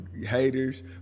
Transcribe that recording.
haters